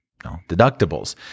deductibles